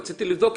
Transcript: רציתי לבדוק.